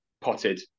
potted